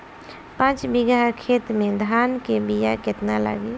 पाँच बिगहा खेत में धान के बिया केतना लागी?